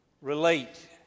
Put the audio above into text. relate